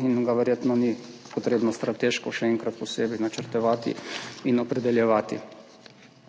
in ga verjetno ni treba strateško še enkrat posebej načrtovati in opredeljevati.